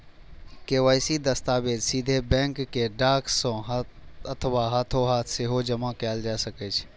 KYC दस्तावेज सीधे bank कें डाक सं अथवा हाथोहाथ सेहो जमा कैल जा सकै छै